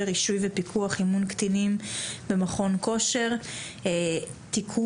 (רישוי ופיקוח)(אימון קטינים במכון כושר)(תיקון),